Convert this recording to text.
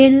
L